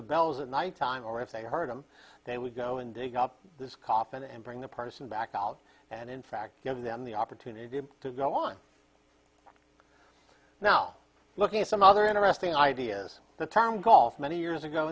the bells at nighttime or if they heard them they would go and dig up this coffin and bring the person back out and in fact give them the opportunity to go on now looking at some other interesting ideas the term golf many years ago